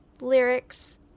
lyrics